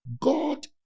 God